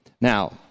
Now